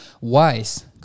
wise